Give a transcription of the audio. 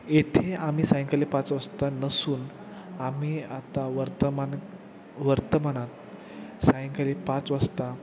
येथे आम्ही सायंकाळी पाच वाजता नसून आम्ही आता वर्तमान वर्तमानात सायंकाळी पाच वाजता